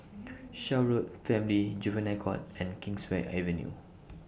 Shaw Road Family and Juvenile Court and Kingswear Avenue